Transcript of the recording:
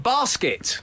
Basket